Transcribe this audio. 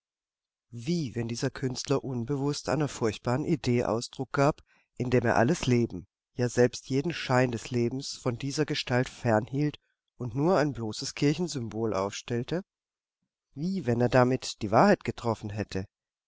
wie wenn dieser künstler unbewußt einer furchtbaren idee ausdruck gab indem er alles leben ja selbst jeden schein des lebens von dieser gestalt fernhielt und nur ein bloßes kirchensymbol aufstellte wie wenn er damit die wahrheit getroffen hättet